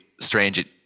strange